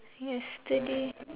yesterday